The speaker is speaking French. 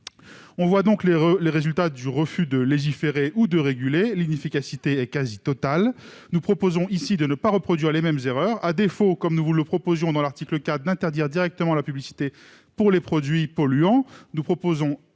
quels sont les résultats du refus de légiférer ou de réguler : l'inefficacité est quasi totale. Nous souhaitons ici ne pas reproduire les mêmes erreurs. À défaut, comme nous le proposions à l'article 4, d'interdire directement la publicité pour les produits polluants, nous demandons